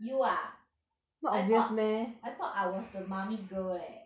you ah I thought I thought I was the mummy girl eh